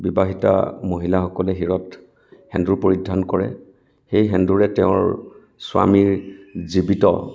বিবাহিতা মহিলাসকলে শিৰত সেন্দূৰ পৰিধান কৰে সেই সেন্দূৰে তেওঁৰ স্বামীৰ জীৱিত